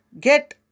get